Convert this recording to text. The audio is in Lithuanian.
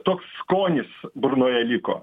toks skonis burnoje liko